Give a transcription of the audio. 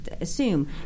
assume